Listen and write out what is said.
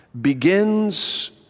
begins